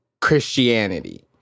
Christianity